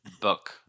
book